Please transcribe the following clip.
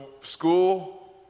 school